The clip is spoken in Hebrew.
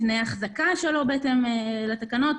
תנאי החזקה שלא בהתאם לתקנות,